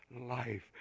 life